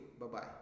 Bye-bye